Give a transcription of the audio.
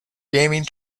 gaming